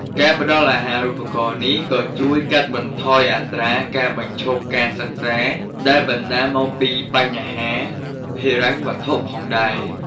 ការផ្ដល់អាហារូបករណ៍នេះក៏ជួយកាត់បន្ថយអត្រាការបញ្ឈប់ការសិក្សា ដែលបណ្ដាលមកពីបញ្ហាហិរញ្ញវត្ថុផងដែរ។